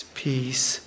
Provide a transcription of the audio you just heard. peace